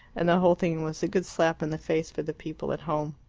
and the whole thing was a good slap in the face for the people at home.